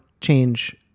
change